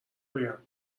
بگم